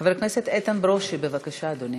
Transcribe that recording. חבר הכנסת איתן ברושי, בבקשה, אדוני.